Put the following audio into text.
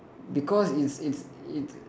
because it's it's it's